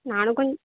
நானும் கொஞ்சம்